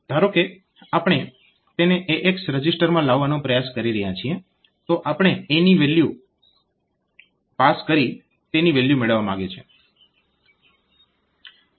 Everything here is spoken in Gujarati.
ધારો કે આપણે તેને AX રજીસ્ટરમાં લાવવાનો પ્રયાસ કરી રહ્યા છીએ તો આપણે a ની જે વેલ્યુ પાસ કરી તેની વેલ્યુ મેળવવા માંગીએ છીએ